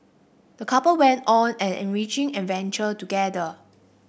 the couple went on an enriching adventure together